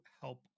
help